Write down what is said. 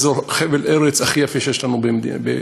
חבל הארץ הכי יפה שיש לנו בארץ-ישראל,